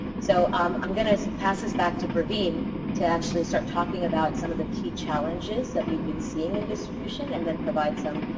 so, iim um um going to pass this back to praveen to actually start talking about some of the key challenges that we've been seeing in distribution and then provide some,